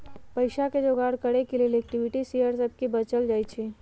पईसा के जोगार करे के लेल इक्विटी शेयर सभके को बेचल जाइ छइ